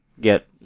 get